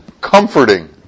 comforting